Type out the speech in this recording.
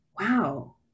wow